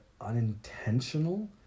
unintentional